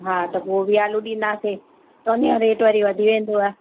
हा त गोभी आलू ॾींदासीं त उन जो रेट वरी वधी वेंदुव